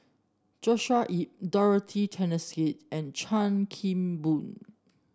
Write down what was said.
Joshua Ip Dorothy Tessensohn and Chan Kim Boon